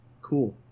cool